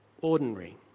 ordinary